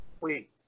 Wait